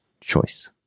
choice